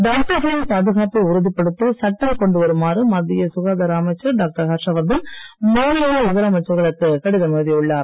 டாக்டர்களின் பாதுகாப்பை உறுதிப்படுத்த சட்டம் கொண்டு வருமாறு மத்திய சுகாதார அமைச்சர் டாக்டர் ஹர்ஷவர்தன் மாநில முதலமைச்சர்களுக்கு கடிதம் எழுதியுள்ளார்